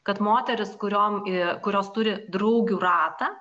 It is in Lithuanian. kad moterys kuriom i kurios turi draugių ratą